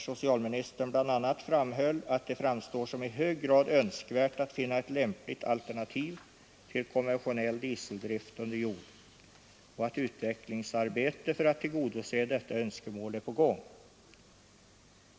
Socialministern framhöll att det framstår som i hög grad önskvärt att finna ett lämpligt alternativ till konventionell dieseldrift under jord och att utvecklingsarbete för att tillgodose detta önskemål är på gång.